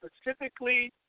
specifically